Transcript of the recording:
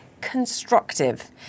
constructive